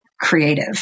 Creative